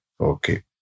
Okay